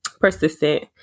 persistent